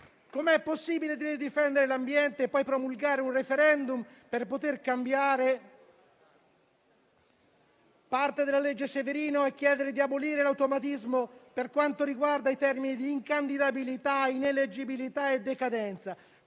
Com'è possibile dire di difendere l'ambiente e poi promuovere un *referendum* per poter cambiare parte della legge Severino e chiedere di abolire l'automatismo relativo ai termini di incandidabilità, ineleggibilità e decadenza?